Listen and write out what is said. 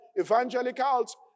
evangelicals